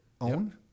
own